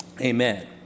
Amen